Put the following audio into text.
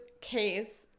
case